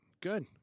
good